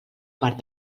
part